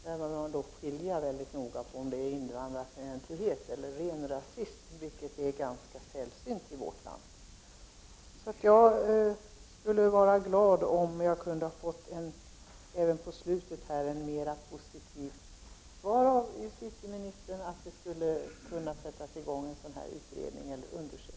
Man bör därvidlag skilja mycket noga mellan invandrarfientlighet och ren rasism, vilken är ganska sällsynt i vårt land. Jag skulle vara glad om jag kunde få ett positivt svar från justitieministern i den fråga som jag sist tagit upp och som gäller genomförandet av en sådan här undersökning.